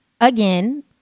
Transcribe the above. again